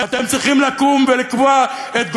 אתם צריכים לקום ולקבוע את גורלכם,